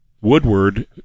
Woodward